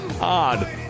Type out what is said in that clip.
Odd